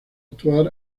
actuar